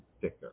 thicker